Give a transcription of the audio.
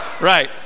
right